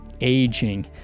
aging